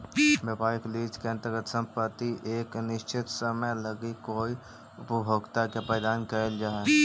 व्यापारिक लीज के अंतर्गत संपत्ति एक निश्चित समय लगी कोई उपभोक्ता के प्रदान कईल जा हई